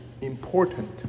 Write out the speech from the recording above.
important